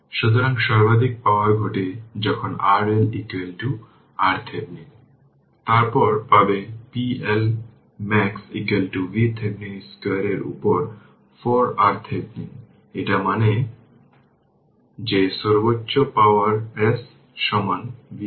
সুতরাং এটি 12 হবে তাই আমি এটি পরিষ্কার করি এবং RThevenin হয়ে যাবে VThevenin বাই isc এটি 8 12 তাই 4615 Ω